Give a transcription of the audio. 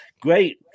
great